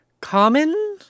Common